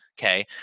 okay